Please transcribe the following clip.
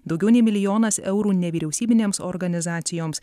daugiau nei milijonas eurų nevyriausybinėms organizacijoms